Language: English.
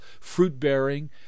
fruit-bearing